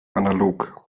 analog